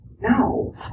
No